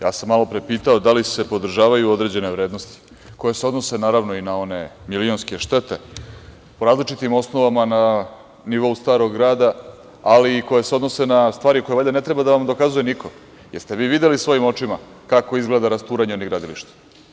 Ja sam malopre pitao da li se podržavaju određene vrednosti koje se odnose naravno i na one milionske štete po različitim osnovama na nivou Starog grada, ali i koje se odnose na stvari koje valjda ne treba da vam dokazuje niko, jer ste vi videli svojim očima kako izgleda rasturanje onih gradilišta.